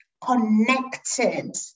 connected